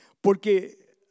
Porque